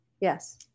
Yes